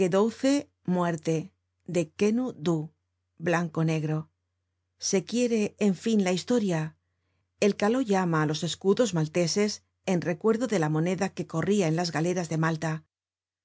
muerte de quenu du blanco negro se quiere en fin la historia el caló llama á los escudos malteses en recuerdo de la moneda que corria en las galeras de malta